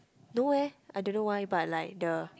no eh I don't know why but like the